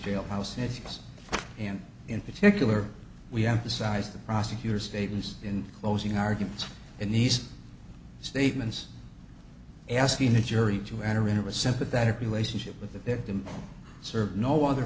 jailhouse as us and in particular we emphasize the prosecutor's statements in closing arguments in these statements asking the jury to enter into a sympathetic relationship with the victim served no other